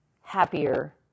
Happier